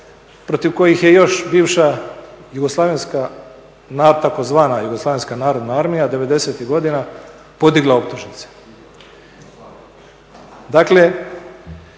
protiv kojih je još bivša tzv. jugoslavenska narodna armija '90.-ih godina podigla optužnice.